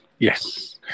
Yes